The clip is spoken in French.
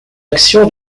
action